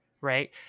right